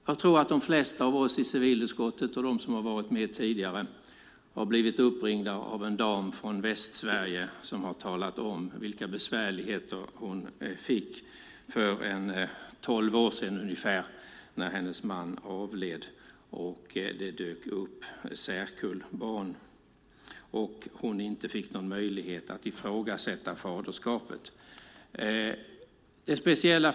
Jag tror att de flesta av oss i civilutskottet och de som har varit med tidigare har blivit uppringda av en dam från Västsverige som har talat om vilka besvärligheter hon fick för ungefär tolv år sedan när hennes man avled och särkullbarn dök upp. Hon fick ingen möjlighet att ifrågasätta faderskapet.